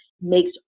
makes